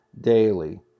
daily